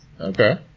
Okay